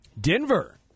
Denver